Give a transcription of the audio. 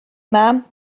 mam